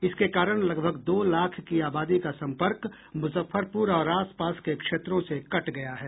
इसके कारण लगभग दो लाख की आबादी का संपर्क मुजफ्फरपुर और आसपास के क्षेत्रों से कट गया है